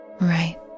right